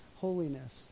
holiness